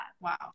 Wow